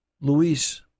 Luis